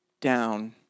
down